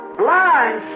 blind